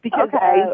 Okay